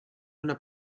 una